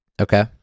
Okay